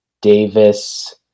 Davis